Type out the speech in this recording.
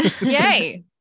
yay